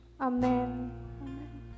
Amen